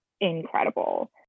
incredible